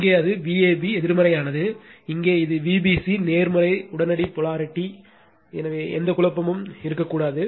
இங்கே அது Vab எதிர்மறையானது இங்கே இது Vbc நேர்மறை உடனடி போலாரிட்டி எனவே எந்த குழப்பமும் இருக்கக்கூடாது